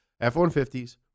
F-150s